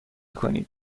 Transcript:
کنید